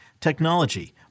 technology